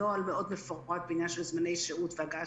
נוהל מאוד מפורט בעניין של זמני שהות והגעה